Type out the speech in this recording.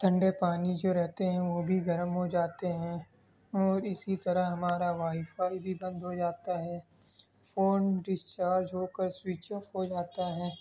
ٹھنڈے پانی جو رہتے ہیں وہ بھی گرم ہو جاتے ہیں اور اسی طرح ہمارا وائی فائی بھی بند ہو جاتا ہے فون ڈسچارج ہو کر سویچ آف ہو جاتا ہے